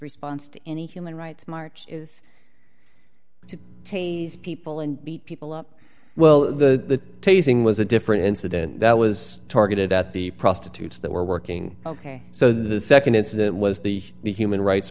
response to any human rights march is to take people and beat people up well the teasing was a different incident that was targeted at the prostitutes that were working ok so the nd incident was the be human rights